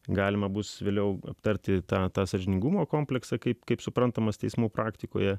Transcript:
galima bus vėliau aptarti tą tą sąžiningumo kompleksą kaip kaip suprantamas teismų praktikoje